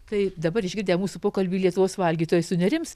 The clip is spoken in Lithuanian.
tai dabar išgirdę mūsų pokalbį lietuvos valgytojai sunerims